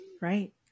Right